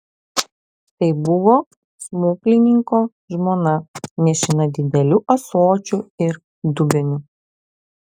tai buvo smuklininko žmona nešina dideliu ąsočiu ir dubeniu